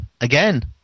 again